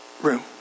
room